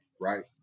right